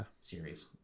series